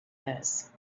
this